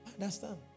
understand